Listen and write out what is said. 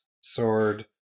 sword